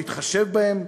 להתחשב בהם,